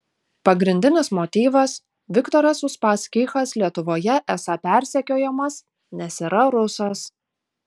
pagrindinis motyvas viktoras uspaskichas lietuvoje esą persekiojamas nes yra rusas